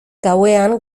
gauean